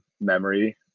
memory